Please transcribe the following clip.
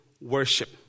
worship